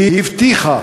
הבטיחה